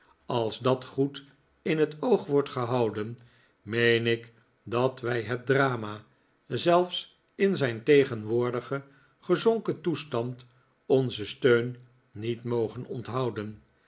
als dat goed in t oog wordt gehouden meen ik dat wij het drama zelfs in zijn tegenwoordigen gezonken toestand onzen steun niet mogen onthouden